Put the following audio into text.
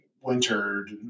Wintered